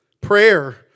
Prayer